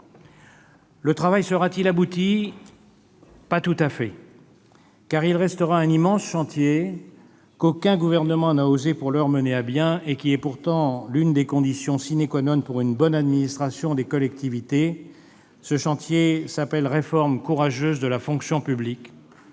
Le travail sera-t-il alors abouti ? Pas tout à fait, car il restera un immense chantier qu'aucun gouvernement n'a osé pour l'heure mener à bien, ce qui est pourtant l'une des conditions pour une bonne administration des collectivités : je veux parler de la réforme courageuse de la fonction publique et